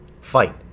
fight